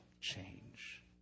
change